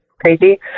crazy